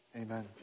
amen